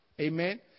Amen